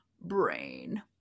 Brain